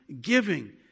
giving